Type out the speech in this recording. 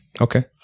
Okay